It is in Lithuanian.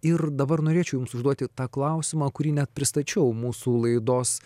ir dabar norėčiau jums užduoti tą klausimą kurį net pristačiau mūsų laidos